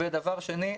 ודבר שני,